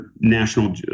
national